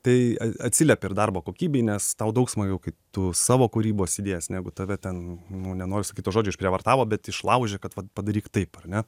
tai a atsiliepia ir darbo kokybei nes tau daug smagiau kai tu savo kūrybos idėjas negu tave ten nu nenoriu sakyt to žodžio išprievartavo bet išlaužė kad vat padaryk taip ar ne